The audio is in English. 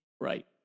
Right